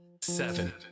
seven